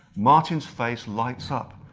martin's face lights up,